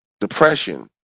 depression